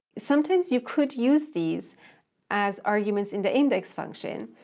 sometimes you could use these as arguments in the index function,